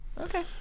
Okay